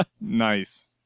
Nice